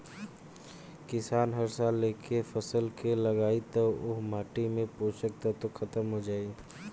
किसान हर साल एके फसल के लगायी त ओह माटी से पोषक तत्व ख़तम हो जाई